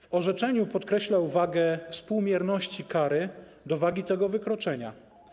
W orzeczeniu podkreślał wagę współmierności kary do wagi tego wykroczenia.